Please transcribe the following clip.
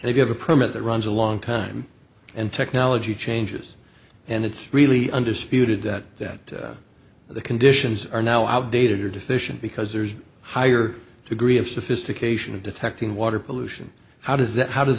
if you have a permit that runs a long time and technology changes and it's really undisputed that that the conditions are now how dated are deficient because there's a higher degree of sophistication of detecting water pollution how does that how does